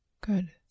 Good